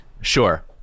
Sure